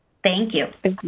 thank you.